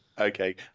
okay